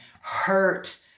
hurt